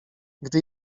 gdy